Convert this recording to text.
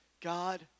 God